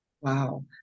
Wow